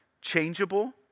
changeable